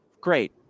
great